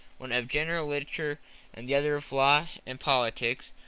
one of general literature and the other of law and politics,